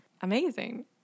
Amazing